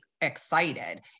excited